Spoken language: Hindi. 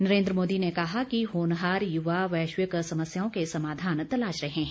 नरेन्द्र मोदी ने कहा कि होनहार युवा वैश्विक समस्याओं के समाधान तलाश रहे हैं